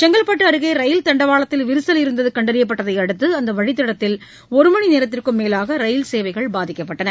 செங்கல்பட்டுஅருகேரயில் தண்டவாளத்தில் விரிசல் இருந்ததுகண்டறியப்பட்டதைஅடுத்து அந்தவழித்தடத்தில் ஒருமணிநேரத்திற்குமேலாகரயில்சேவைகள் பாதிக்கப்பட்டன